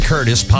Curtis